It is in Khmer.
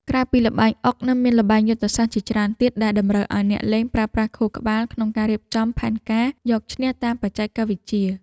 ក្រៅពីល្បែងអុកនៅមានល្បែងយុទ្ធសាស្ត្រជាច្រើនទៀតដែលតម្រូវឱ្យអ្នកលេងប្រើប្រាស់ខួរក្បាលក្នុងការរៀបចំផែនការយកឈ្នះតាមបែបបច្ចេកវិទ្យា។